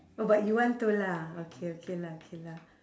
oh but you want to lah okay okay lah K lah